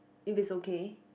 if it's okay